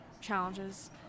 challenges